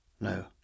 No